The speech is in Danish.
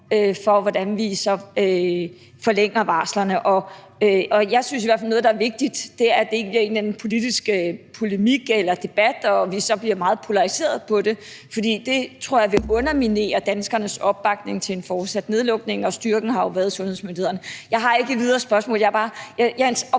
for, hvordan vi så forlænger varslerne. Jeg synes i hvert fald, at noget, der er vigtigt, er, at det ikke bliver en eller anden politisk polemik eller debat, hvor vi så bliver meget polariserede, for det tror jeg vil underminere danskernes opbakning til en fortsat nedlukning, og styrken har jo været sundhedsmyndighederne. Jeg har ikke videre spørgsmål. Jeg er bare